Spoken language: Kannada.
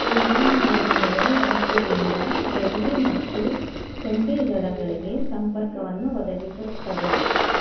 ವಿಮಾನ ಮಾರ್ಗಗಳು ರಾಜ್ಯದಿಂದ ದೆಹಲಿ ಮತ್ತು ಚಂಡೀಗಡಗಳಿಗೆ ಸಂಪರ್ಕವನ್ನು ಒದಗಿಸುತ್ತವೆ